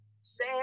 Say